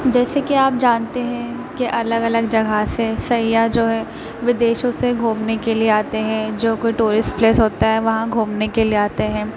جیسے کہ آپ جانتے ہیں کہ الگ الگ جگہ سے سیاح جو ہے ودیشوں سے گھومنے کے لیے آتے ہیں جو کہ ٹورسٹ پلیس ہوتا ہے وہاں گھومنے کے لیے آتے ہیں